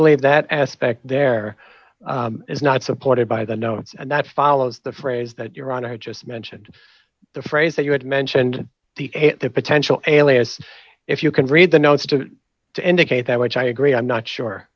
believe that aspect there is not supported by the notes and that follows the phrase that you're on i just mentioned the phrase that you had mentioned the potential alias if you can read the notes to indicate that which i agree i'm not sure